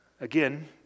Again